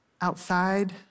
outside